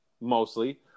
mostly